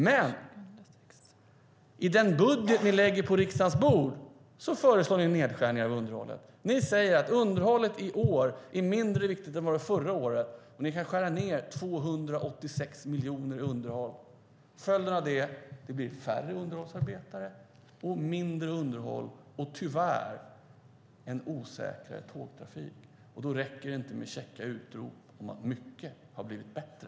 Men i den budget ni lägger på riksdagens bord föreslår ni nedskärningar av underhållet. Ni säger att underhållet i år är mindre viktigt än förra året och att ni kan skära ned 286 miljoner i underhåll. Följden av det blir färre underhållsarbetare, mindre underhåll och - tyvärr - en osäkrare tågtrafik. Då räcker det inte med käcka utrop om att mycket har blivit bättre.